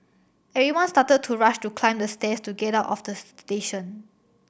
everyone started to rush to climb the stairs to get out of the station